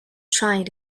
trying